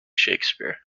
shakespeare